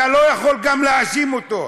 אתה לא יכול גם להאשים אותו.